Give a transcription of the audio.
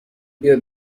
بیا